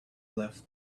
left